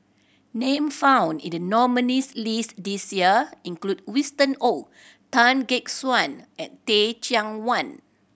names found in the nominees' list this year include Winston Oh Tan Gek Suan and Teh Cheang Wan